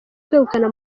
kwegukana